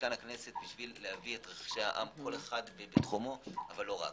במשכן הכנסת כדי להביא את רחשי העם כל אחד ממקומו אבל לא רק.